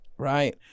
Right